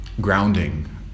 grounding